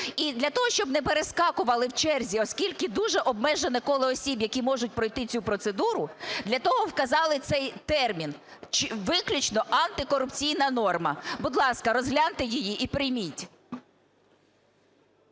І для того, щоб не перескакували в черзі, оскільки дуже обмежене коло осіб, які можуть пройти цю процедуру, для того вказали цей термін. Виключно антикорупційна норма. Будь ласка, розгляньте її і прийміть.